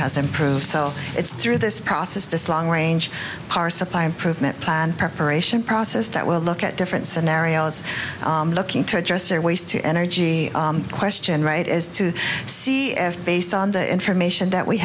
has improved so it's through this process this long range power supply improvement plan preparation process that will look at different scenarios looking to adjust their waste to energy question right as to see if based on the information that we